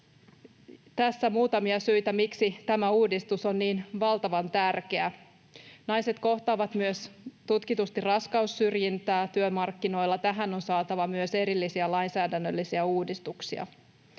Tässä muutamia syitä, miksi tämä uudistus on niin valtavan tärkeä. Naiset kohtaavat myös tutkitusti raskaussyrjintää työmarkkinoilla. Tähän on saatava myös erillisiä lainsäädännöllisiä uudistuksia.